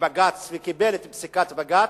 לבג"ץ וקיבל את פסיקת בג"ץ,